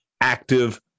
active